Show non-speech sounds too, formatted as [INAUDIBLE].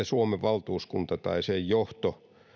[UNINTELLIGIBLE] suomen valtuuskunta tai sen johto